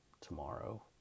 tomorrow